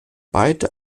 beide